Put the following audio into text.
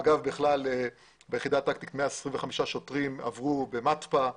ביחידה הטקטית, 125 שוטרים עברו במתפ"א.